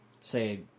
say